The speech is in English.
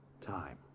time